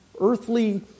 Earthly